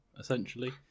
essentially